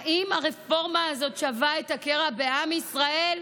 האם הרפורמה הזאת שווה את הקרע בעם ישראל?